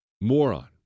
Moron